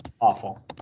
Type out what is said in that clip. awful